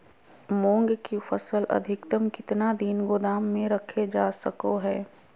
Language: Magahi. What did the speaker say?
मूंग की फसल अधिकतम कितना दिन गोदाम में रखे जा सको हय?